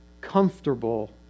comfortable